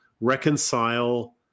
reconcile